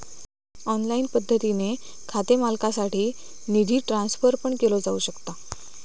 online पद्धतीने खाते मालकासाठी निधी ट्रान्सफर पण केलो जाऊ शकता